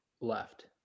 left